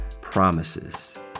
Promises